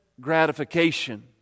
gratification